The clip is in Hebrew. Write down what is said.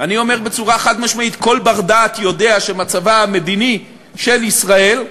אני אומר בצורה חד-משמעית: כל בר-דעת יודע שמצבה המדיני של ישראל,